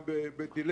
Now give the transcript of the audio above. גדול.